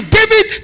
David